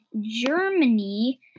Germany